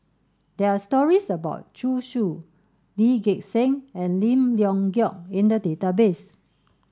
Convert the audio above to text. there are stories about Zhu Xu Lee Gek Seng and Lim Leong Geok in the database